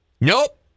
Nope